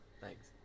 Thanks